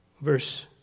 Verse